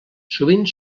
sovint